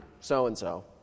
so-and-so